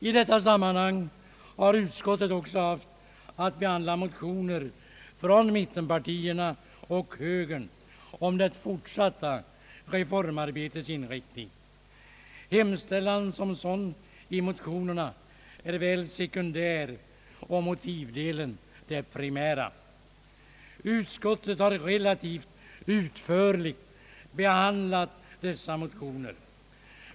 I detta sammanhang har utskottet också haft att behandla motioner från mittenpartierna och högern om det fortsatta — reformarbetets inriktning. Hemställan som sådan i motionerna är väl sekundär och motivdelen det primära. Utskottet har relativt utförligt behandlat dessa motioner.